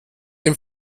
dem